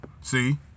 See